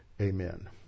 Amen